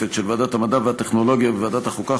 המשותפת של ועדת המדע והטכנולוגיה וועדת החוקה,